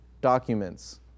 documents